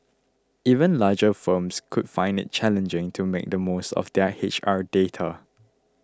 even larger firms could find it challenging to make the most of their H R data